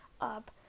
up